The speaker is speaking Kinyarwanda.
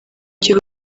gihe